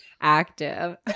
active